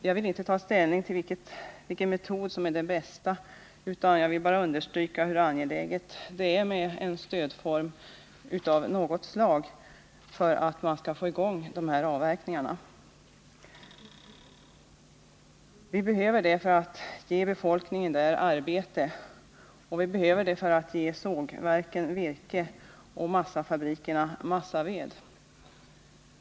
Jag vill inte ta ställning till vilken metod som är den bästa, utan jag vill bara understryka hur angeläget det är med en stödform av något slag för att man skall få i gång dessa avverkningar. Vi behöver dem för att ge befolkningen där arbete, och vi behöver dem för att ge sågverken virke och massafabrikerna massaved.